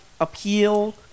appeal